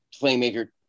playmaker